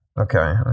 Okay